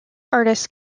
artists